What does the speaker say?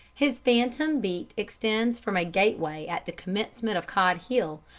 his phantom beat extends from a gateway at the commencement of cod hill,